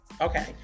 okay